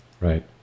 Right